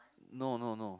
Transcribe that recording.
no no no